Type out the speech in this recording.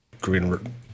Green